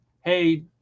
hey